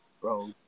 Bro